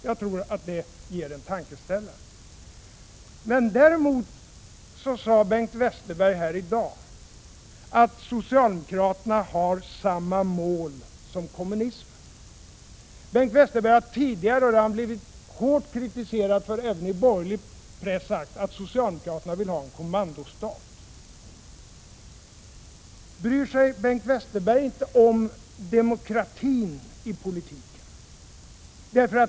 Jag tror att det ger en tankeställare. Bengt Westerberg sade här i dag att socialdemokraterna har samma mål som kommunismen. Bengt Westerberg har tidigare — och det har han blivit hårt kritiserad för även i borgerlig press — sagt att socialdemokraterna vill ha en kommandostat. Bryr sig Bengt Westerberg inte om demokratin i politiken?